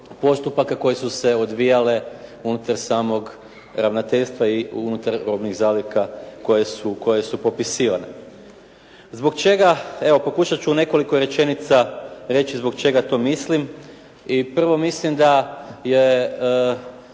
postupaka koje su se odvijale unutar samog ravnateljstva i unutar robnih zaliha koje su popisivane. Zbog čega, evo pokušat ću u nekoliko rečenica reći zbog čega to mislim i prvo mislim da je